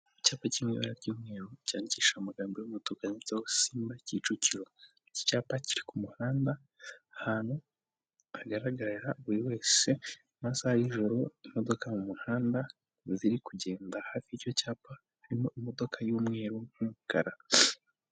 Icyapa cy'ibara ry'umweru cyandikishije amagambo y'umutuku SIMBA kicukiro, iki cyapa kiri ku muhanda ahantu hagaragarira buri wese mu masaha y'ijoro imodoka mu muhanda ziri kugenda hafi yicyo cyapa harimo imodoka y'umweru n'umukara.